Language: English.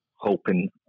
hoping